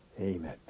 Amen